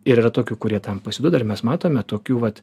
ir yra tokių kurie tam pasiduoda ir mes matome tokių vat